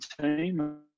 team